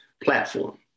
platform